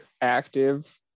active